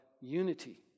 unity